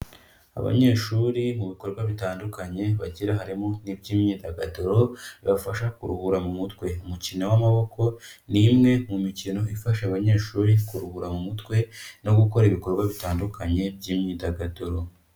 Abanyeshuri mu bikorwa bitandukanye bagira harimo n'iby'imyidagaduro, bibafasha kuruhura mu mutwe. Umukino w'amaboko, ni imwe mu mikino ifasha abanyeshuri kuruhura mu umutwe no gukora ibikorwa bitandukanye by'imyidagaduro.